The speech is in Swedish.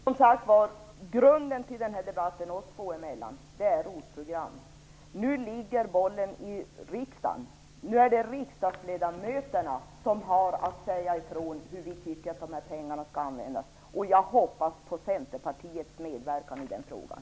Herr talman! Jag skall fatta mig kort. Grunden till debatten oss två emellan är som sagt ROT programmet. Nu ligger bollen hos riksdagen. Nu är det vi riksdagsledamöter som har att säga ifrån hur vi tycker att dessa pengar skall användas. Jag hoppas på Centerpartiets medverkan i den frågan.